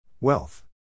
Wealth